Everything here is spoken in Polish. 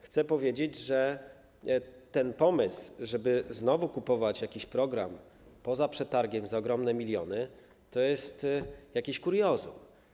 Chcę powiedzieć, że ten pomysł, żeby znowu kupować jakiś program poza przetargiem za ogromne miliony, to jest jakieś kuriozum.